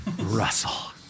Russell